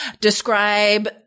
describe